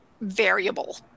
variable